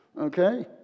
okay